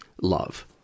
love